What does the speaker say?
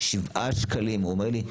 שבעה שקלים הוא אומר לי,